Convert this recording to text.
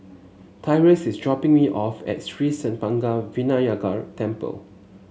Tyrus is dropping me off at Sri Senpaga Vinayagar Temple